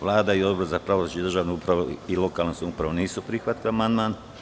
Vlada i Odbor za pravosuđe, državnu upravu i lokalnu samoupravu nisu prihvatili amandman.